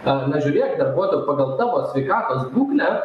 na na žiūrėk darbuotojau pagal tavo sveikatos būklę